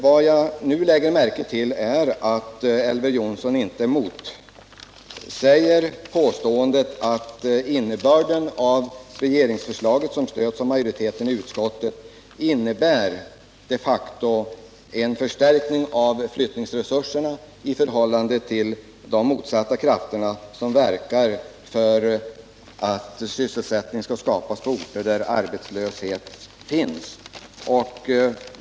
Vad jag nu lägger märke till är att Elver Jonsson inte motsäger påståendet att innebörden av regeringsförslaget, som stöds av majoriteten i utskottet, de facto är en förstärkning av flyttningsresurserna i förhållande till de motsatta sysselsättningskrafterna. De verkar för att sysselsättning skall skapas på orter där arbetslöshet finns.